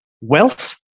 wealth